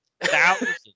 thousands